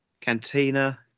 Cantina